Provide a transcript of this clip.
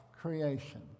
creation